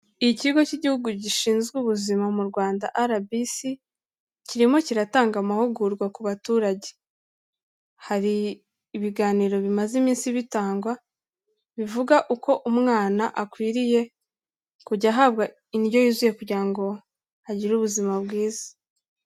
Ikigo cy'igihugu gishinzwe ubuzima mu Rwanda "RBC", kirimo kiratanga amahugurwa ku baturage, hari ibiganiro bimaze iminsi bitangwa, bivuga uko umwana akwiriye kujya ahabwa indyo yuzuye kugira ngo agire ubuzima bwiza.